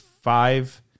five